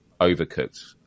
overcooked